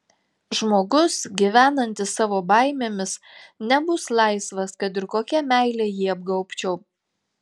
žmogus gyvenantis savo baimėmis nebus laisvas kad ir kokia meile jį apgaubčiau